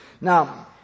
Now